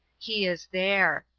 he is there.